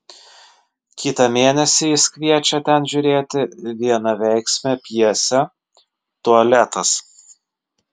kitą mėnesį jis kviečia ten žiūrėti vienaveiksmę pjesę tualetas